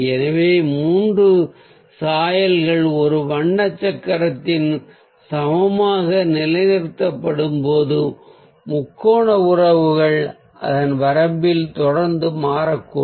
எனவே மூன்று சாயல்கள் ஒரு வண்ண சக்கரத்தில் சமமாக நிலைநிறுத்தப்படும்போது முக்கோண உறவுகள் அதன் வரம்பில் தொடர்ந்து மாறக்கூடும்